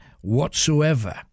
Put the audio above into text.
whatsoever